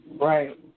right